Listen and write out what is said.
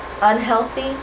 unhealthy